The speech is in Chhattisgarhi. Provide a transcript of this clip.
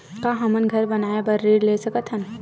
का हमन घर बनाए बार ऋण ले सकत हन?